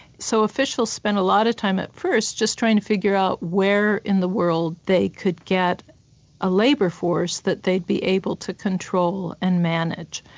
so officials spent a lot of time at first just trying to figure out where in the world they could get a labour force that they'd be able to control and manage.